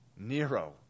Nero